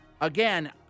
Again